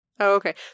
okay